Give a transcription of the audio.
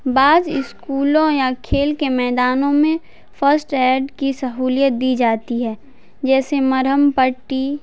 بعض اسکولوں یا کھیل کے میدانوں میں فسٹ ایڈ کی سہولیت دی جاتی ہے جیسے مرہم پٹی